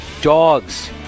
dogs